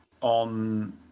on